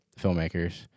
filmmakers